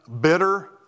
bitter